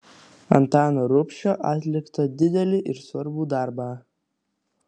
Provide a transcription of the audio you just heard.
antano rubšio atliktą didelį ir svarbų darbą